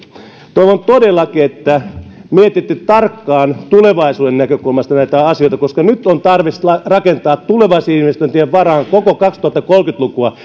toivon todellakin että mietitte tarkkaan tulevaisuuden näkökulmasta näitä asioita koska nyt on tarve rakentaa tulevaisuusinvestointien varaan koko kaksituhattakolmekymmentä lukua